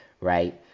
right